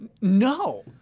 No